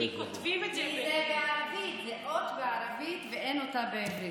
כי זאת אות בערבית ואין אותה בעברית.